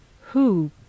Who